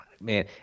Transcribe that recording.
man